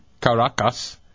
Caracas